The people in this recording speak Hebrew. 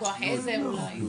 כוח עזר אולי.